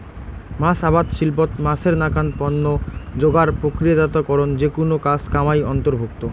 মাছ আবাদ শিল্পত মাছের নাকান পণ্য যোগার, প্রক্রিয়াজাতকরণ যেকুনো কাজ কামাই অন্তর্ভুক্ত